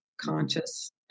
conscious